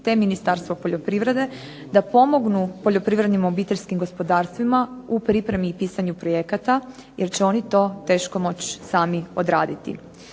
te Ministarstvo poljoprivrede da pomognu poljoprivrednim obiteljskim gospodarstvima u pripremi i pisanju projekata jer će oni to teško moći sami odraditi.